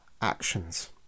actions